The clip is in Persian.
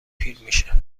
پیرمیشه